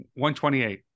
128